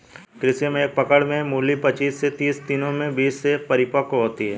कृषि में एक पकड़ में मूली पचीस से तीस दिनों में बीज से परिपक्व होती है